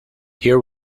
here